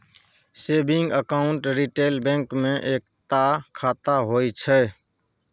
saving account retail bank मे एकता खाता होइ छै